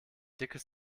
dickes